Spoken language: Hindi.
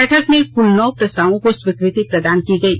बैठक में कुल नौ प्रस्तावों को स्वीकृति प्रदान की गयी